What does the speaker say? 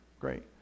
Great